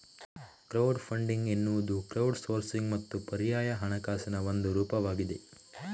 crowd funding ಎನ್ನುವುದು crowd sourcing ಮತ್ತು ಪರ್ಯಾಯ ಹಣಕಾಸಿನ ಒಂದು ರೂಪವಾಗಿದೆ